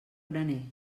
graner